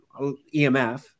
EMF